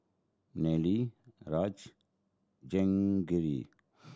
Neila Raj Jehangirr